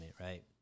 right